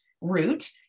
route